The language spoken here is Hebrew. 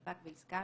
"ספק" ו-"עסקה",